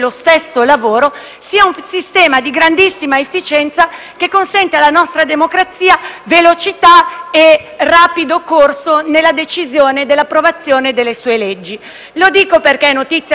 sia un sistema di grandissima efficienza che consente alla nostra democrazia velocità e rapido corso nelle decisioni e nell'approvazione delle leggi. Lo dico perché è notizia di qualche minuto fa